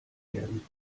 werden